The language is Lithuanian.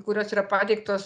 kurios yra pateiktos